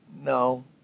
No